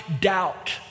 doubt